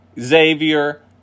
Xavier